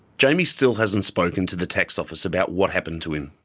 jamie still hasn't spoken to the tax office about what happened to him.